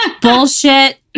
Bullshit